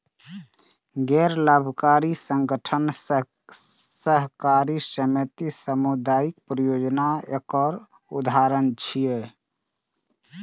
गैर लाभकारी संगठन, सहकारी समिति, सामुदायिक परियोजना एकर उदाहरण छियै